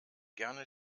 gerne